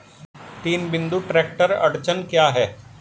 तीन बिंदु ट्रैक्टर अड़चन क्या है?